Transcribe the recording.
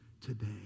today